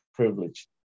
Privilege